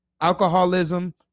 Alcoholism